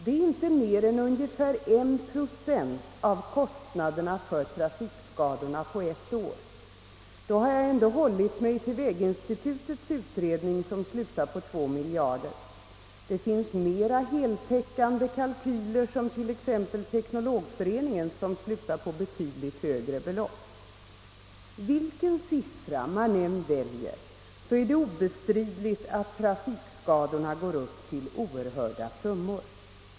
Det är inte mer än ungefär en procent av kostnaderna för trafikskadorna på ett år. Då har jag ändå hållit mig till väginstitutets utredning som slutar på två miljarder. Det finns mera heltäckande kalkyler, t.ex. Teknologföreningens, som slutar på betydligt högre belopp. Vilken siffra man än väljer, är det obestridligt att trafikskadorna går upp till oerhörda summor.